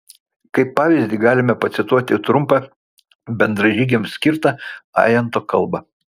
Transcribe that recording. kaip pavyzdį galime pacituoti trumpą bendražygiams skirtą ajanto kalbą